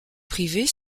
privée